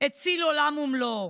מציל עולם ומלואו.